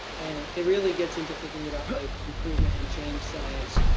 and it really gets into thinking about like improvement and change science.